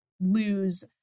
lose